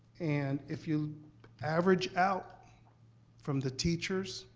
and if you average out from the teachers,